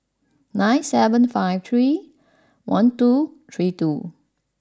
nine seven five three one two three two